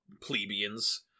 plebeians